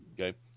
okay